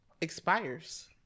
expires